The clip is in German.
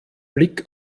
blick